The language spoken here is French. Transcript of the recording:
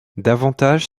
davantage